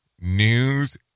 news